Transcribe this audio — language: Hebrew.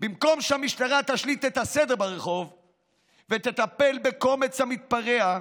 במקום שהמשטרה תשליט את הסדר ברחוב ותטפל בקומץ המתפרע,